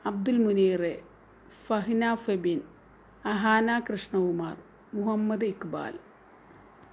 Abdul Muneer Fahina Febin Ahana Krishnakumar Muhammad Iqbal